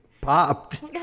popped